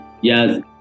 yes